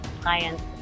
clients